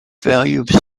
value